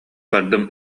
бардым